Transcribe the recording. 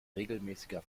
regelmäßiger